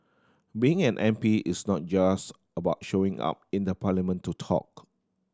being an M P is not just about showing up in the parliament to talk